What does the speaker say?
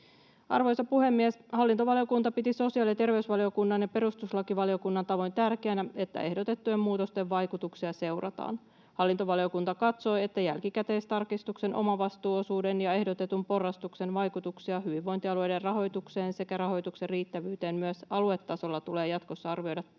Arvoisa puhemies! Hallintovaliokunta piti sosiaali- ja terveysvaliokunnan ja perustuslakivaliokunnan tavoin tärkeänä, että ehdotettujen muutosten vaikutuksia seurataan. Hallintovaliokunta katsoo, että jälkikäteistarkistuksen omavastuuosuuden ja ehdotetun porrastuksen vaikutuksia hyvinvointialueiden rahoitukseen sekä rahoituksen riittävyyteen myös aluetasolla tulee jatkossa arvioida toteumatietojen